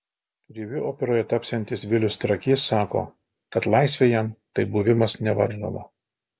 kriviu operoje tapsiantis vilius trakys sako kad laisvė jam tai buvimas nevaržomu